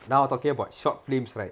now talking about short films right